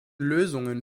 lösungen